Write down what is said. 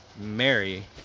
Mary